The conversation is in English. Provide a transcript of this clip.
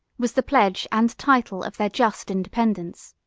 was the pledge and title of their just independence.